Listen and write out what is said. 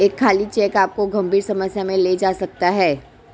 एक खाली चेक आपको गंभीर समस्या में ले जा सकता है